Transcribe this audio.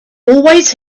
always